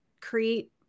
create